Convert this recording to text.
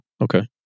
Okay